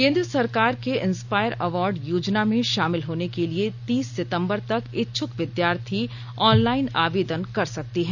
केंद्र सरकार के इंस्पायर अवार्ड योजना में शामिल होने होने के लिए तीस सितंबर तक इच्छूक विद्यार्थी ऑनलाइन आवेदन कर सकते हैं